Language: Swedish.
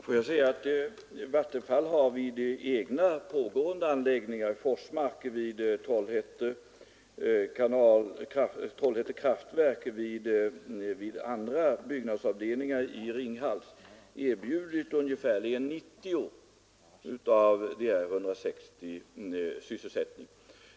Fru talman! Vattenfall har vid egna pågående anläggningsarbeten — i Forsmark, vid Trollhätte kraftverk och vid andra byggnadsavdelningar i Ringhals — erbjudit ungefärligen 90 av de 160 sysselsättning.